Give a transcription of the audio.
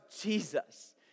Jesus